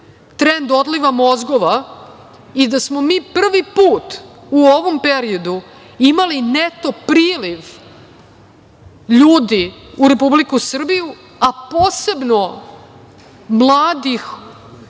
trend odliva mozgova i da smo mi prvi put u ovom periodu imali neto priliv ljudi u Republiku Srbiju, a posebno mladih